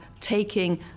taking